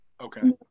okay